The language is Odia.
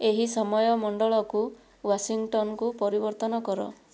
ଏହି ସମୟ ମଣ୍ଡଳକୁ ୱାଶିଂଟନକୁ ପରିବର୍ତ୍ତନ କର